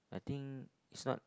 I think it's not